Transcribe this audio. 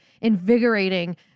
invigorating